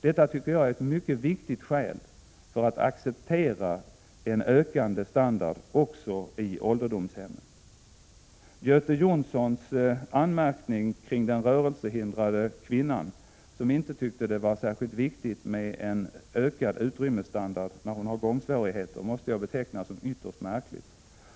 Detta är ett mycket viktigt skäl för att acceptera en ökad standard också i ålderdomshemmen. Göte Jonssons anmärkning om den rörelsehindrade kvinnan som inte tyckte att det var särskilt viktigt med en ökad utrymmesstandard när hon hade gångsvårigheter betecknar jag som ytterst märklig.